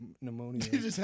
pneumonia